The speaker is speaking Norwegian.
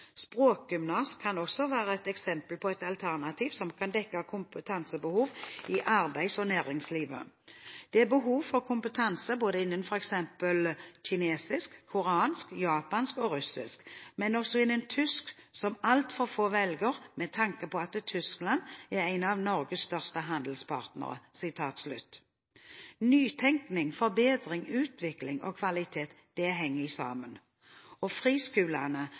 Språkgymnas kan også være et eksempel på et alternativ som kan dekke kompetansebehov i arbeids- og næringslivet. Det er behov for kompetanse både innen f.eks. kinesisk, koreansk, japansk og russisk, men også innen tysk som alt for få velger med tanke på at Tyskland er en av Norges største handelspartnere». Nytenkning, forbedring, utvikling og kvalitet henger sammen. Friskolene er et viktig supplement til den offentlige skolen og